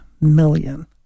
million